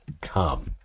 come